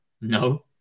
no